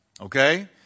okay